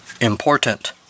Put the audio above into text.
Important